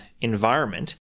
environment